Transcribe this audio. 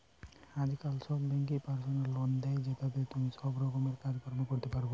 আজকাল সব বেঙ্কই পার্সোনাল লোন দে, জেতাতে তুমি সব রকমের কাজ কর্ম করতে পারবা